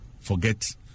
forget